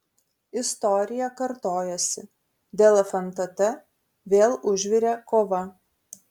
istorija kartojasi dėl fntt vėl užvirė kova